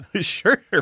sure